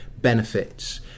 benefits